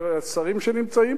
אל השרים שנמצאים פה.